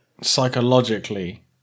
psychologically